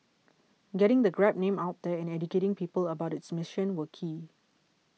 getting the Grab name out there and educating people about its mission were key